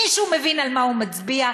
מישהו מבין על מה הוא מצביע?